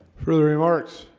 the remarks